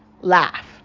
laugh